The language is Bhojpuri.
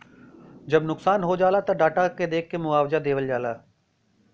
जब नुकसान हो जाला त डाटा से देख के मुआवजा देवल जाला